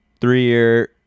three-year